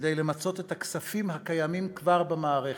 כדי למצות את הכספים שכבר קיימים במערכת.